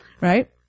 right